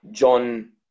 John